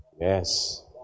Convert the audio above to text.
Yes